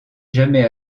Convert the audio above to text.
jamais